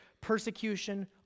persecution